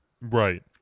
right